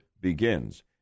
begins